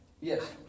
yes